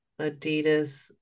Adidas